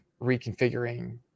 reconfiguring